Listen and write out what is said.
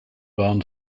barn